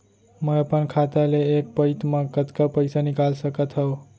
मैं अपन खाता ले एक पइत मा कतका पइसा निकाल सकत हव?